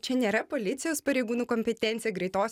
čia nėra policijos pareigūnų kompetencija greitos